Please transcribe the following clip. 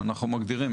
שאנחנו מגדירים,